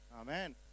Amen